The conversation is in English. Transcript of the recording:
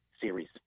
series